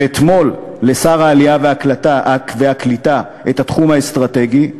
ואתמול לשר העלייה והקליטה את התחום האסטרטגי,